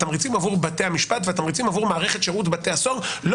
התמריצים עבור בתי המשפט והתמריצים עבור מערכת שירות בתי הסוהר לא